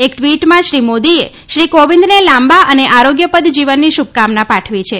એક ટ્વીટમાં શ્રી મોદીએ શ્રી કોવિંદને લાંબા અને આરોગ્યપ્રદ જીવનની શુભકામના પાઠવી છે